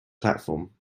platform